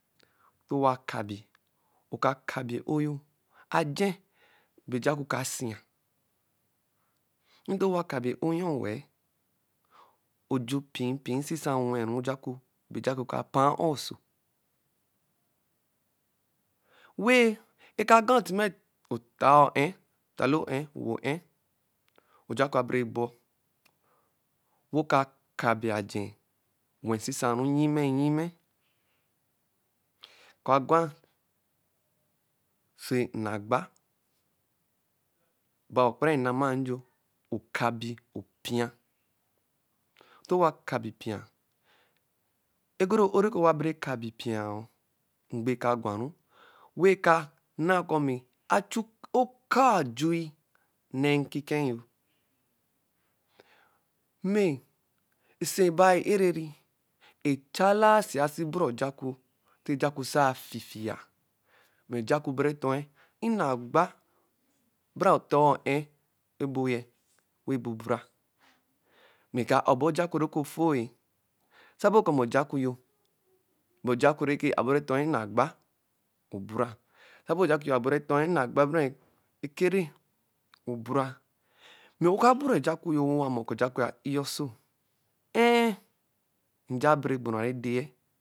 Ntɛ owa kabi, ɔka kabi e-o yo a-je bɛ ojaku kasia. Wɛ ntɔ owa kabi e-o ayɔ wɛ-ɛ. wɛ oju mpimpi nsisa oweru ojaku wɛ ojaku ka pa a-oso. Wɛ eka gwa tɛmɛ ɔtaa o-e, etale o-e. ewo o-e, ojaku abere bor wɛ ɔka kabi akɛ. wɛ nsisa ru nyimɛɛ nyimẹɛ wa-agwa oso nne agba. ebe a-o okparan enama-yo. okabi opia, nte owa kabi-pi-a oguru e-o ne owa kabi pi-a, ngbe kagwaru, wẹ eka na kɔ ochu akaa ojui nɛɛ nkikɛ yo. Mɛ osii enai ereri nɛ chala-a sia si buraa ojaku ntɔ ojaku sa fifia. Ojaku bɔru ɛtoe nne agba bara otaa o-e eboye, wɛ rɛ bubura. Mɛ eka a-ɔbɔ ojaku nẹ ofo-e. Sabe koo ojaku yo bɛ ojaku nɛkẹ aboru ɛtoe nne agba, obura, sabe abɔru ɛtoe nnɛ agba bara ekere, obura. Mɛ ɔka bura ojakpo yo wɛ o-mɔ kɔ mɔ ojakpo yo a i-a oso, nja abere gbura ede-e.